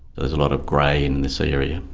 there is a lot of grey in this area.